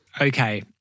okay